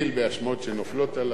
אני מנער אותן והולך,